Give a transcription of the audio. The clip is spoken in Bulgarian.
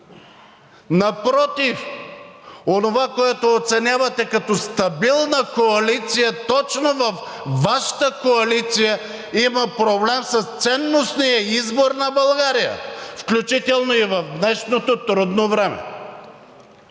Напротив, онова, което оценявате като стабилна коалиция, точно във Вашата коалиция има проблем с ценностния избор на България, включително и в днешното трудно време.